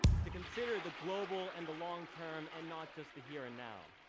to consider the global and the long term, and not just the here and now.